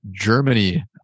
germany